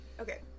Okay